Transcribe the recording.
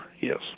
yes